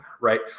right